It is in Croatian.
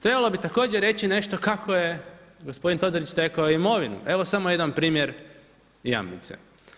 Trebalo bi također reći nešto kako je gospodin Todorić stekao imovinu, evo samo jedan primjer Jamnice.